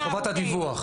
על חובת הדיווח.